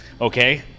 okay